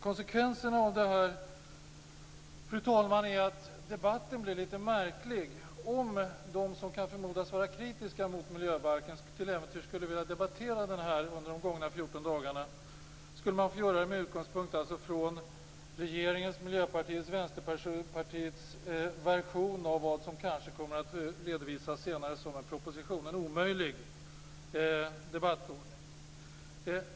Konsekvenserna av detta, fru talman, är att debatten blev litet märklig. Om de som kan förmodas vara kritiska mot miljöbalken till äventyrs skulle velat debattera den under de gångna fjorton dagarna skulle man ha fått göra det med utgångspunkt i regeringens, Miljöpartiets och Vänsterpartiets version av vad som kanske kommer att redovisas senare som en proposition. En omöjlig debattordning.